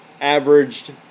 averaged